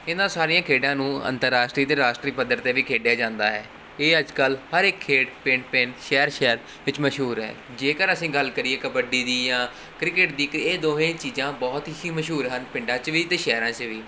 ਇਹਨਾਂ ਸਾਰੀਆਂ ਖੇਡਾਂ ਨੂੰ ਅੰਤਰਰਾਸ਼ਟਰੀ ਅਤੇ ਰਾਸ਼ਟਰੀ ਪੱਧਰ 'ਤੇ ਵੀ ਖੇਡਿਆ ਜਾਂਦਾ ਹੈ ਇਹ ਅੱਜ ਕੱਲ ਹਰ ਇੱਕ ਖੇਡ ਪਿੰਡ ਪਿੰਡ ਸ਼ਹਿਰ ਸ਼ਹਿਰ ਵਿੱਚ ਮਸ਼ਹੂਰ ਹੈ ਜੇਕਰ ਅਸੀਂ ਗੱਲ ਕਰੀਏ ਕਬੱਡੀ ਦੀ ਜਾਂ ਕ੍ਰਿਕਟ ਦੀ ਕ ਇਹ ਦੋਵੇਂ ਚੀਜ਼ਾਂ ਬਹੁਤ ਹੀ ਮਸ਼ਹੂਰ ਹਨ ਪਿੰਡਾਂ 'ਚ ਵੀ ਅਤੇ ਸ਼ਹਿਰਾਂ 'ਚ ਵੀ